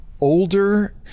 older